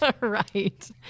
Right